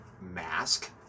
Mask